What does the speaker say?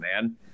man